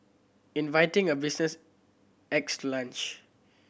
inviting a business to lunch